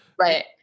Right